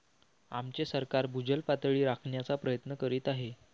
आमचे सरकार भूजल पातळी राखण्याचा प्रयत्न करीत आहे